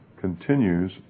continues